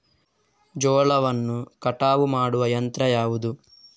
ಜೋಳವನ್ನು ಕಟಾವು ಮಾಡುವ ಯಂತ್ರ ಯಾವುದು?